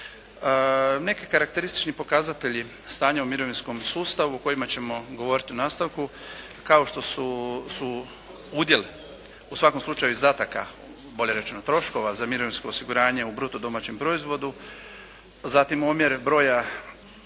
Neki karakteristični pokazatelji stanja u mirovinskom sustavu o kojima ćemo govoriti u nastavku kao što su udjel u svakom slučaju izdataka, bolje rečeno troškova za mirovinsko osiguranje u bruto domaćem proizvodu. Zatim omjer broja